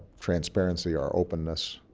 transparency, our openness.